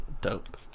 Dope